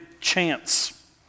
chance